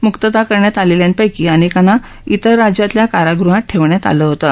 मुक्तता करण्यात आलेल्यांपैकी अनेकांना इतर राज्यातल्या कारागृहात ठेवण्यात आलं होतं